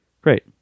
Great